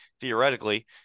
theoretically